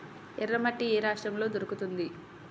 ఎర్రమట్టి ఏ రాష్ట్రంలో దొరుకుతుంది?